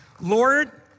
Lord